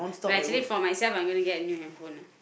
nah actually for myself I'm gonna get a new handphone ah